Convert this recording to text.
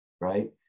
right